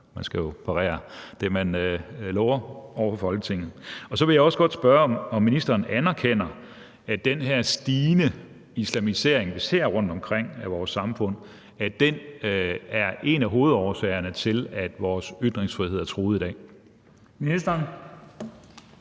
man skal jo holde det, man lover over for Folketinget. Så vil jeg også godt spørge, om ministeren anerkender, at den her stigende islamisering, vi ser rundtomkring i vores samfund, er en af hovedårsagerne til, at vores ytringsfrihed er truet i dag. Kl.